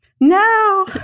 No